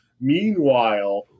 Meanwhile